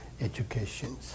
education